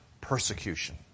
persecution